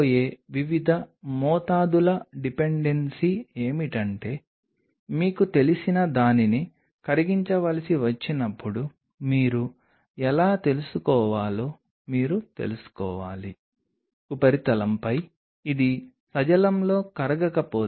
చివరికి మనలోని బిందువు ఉపరితలంపై ఇలాగే ఉంటుంది కానీ మీరు ఏకాగ్రతను ఇవ్వడం ద్వారా పాలీ డి లైసిన్ ఉపరితలంపై ఉపరితల కోణాన్ని చాలా జాగ్రత్తగా పర్యవేక్షించినప్పుడు మాత్రమే ఇది జరుగుతుంది